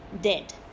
dead